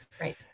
Right